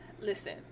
listen